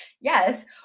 Yes